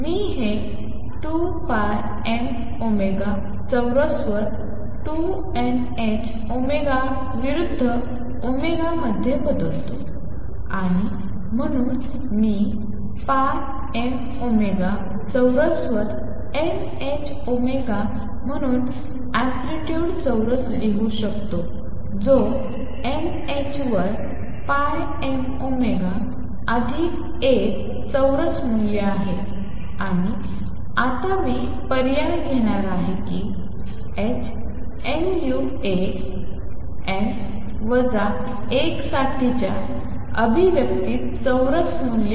मी हे 2 pi m omega चौरस वर 2 nh ओमेगा विरुद्ध ओमेगा मध्ये बदलतो आणि म्हणून मी pi m ओमेगा चौरस वर nh ओमेगा म्हणून अँप्लितुड चौरस लिहू शकतो जो nh वर pi m ओमेगा अधिक एक चौरस मूल्य आहे आणि आता मी पर्याय घेणार आहे की h nu A n n वजा 1 साठीच्या अभिव्यक्तीतील चौरस मूल्य